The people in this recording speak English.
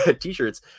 T-shirts